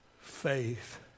faith